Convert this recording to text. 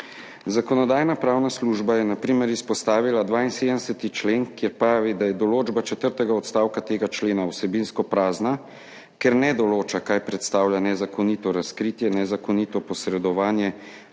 Zakonodajno-pravna služba je na primer izpostavila 72. člen, kjer pravi, da je določba četrtega odstavka tega člena vsebinsko prazna, ker ne določa, kaj predstavlja nezakonito razkritje, nezakonito posredovanje